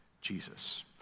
Jesus